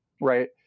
Right